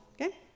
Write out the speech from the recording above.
okay